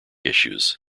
issues